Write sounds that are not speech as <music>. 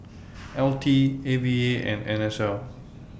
<noise> L T A V A and N S L